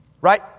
right